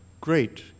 great